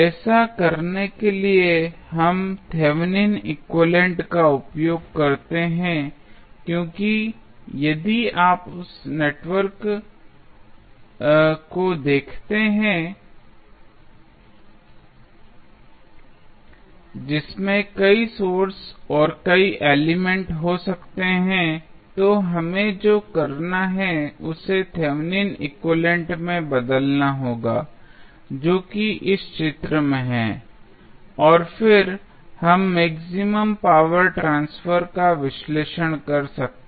ऐसा करने के लिए हम थेवेनिन एक्विवैलेन्ट Thevenins equivalent का उपयोग करते हैं क्योंकि यदि आप नेटवर्क को देखते हैं जिसमें कई सोर्स और कई एलिमेंट हो सकते हैं तो हमें जो करना है उसे थेवेनिन एक्विवैलेन्ट Thevenins equivalent में बदलना होगा जो कि इस चित्र में है और फिर हम मैक्सिमम पावर ट्रांसफर का विश्लेषण कर सकते हैं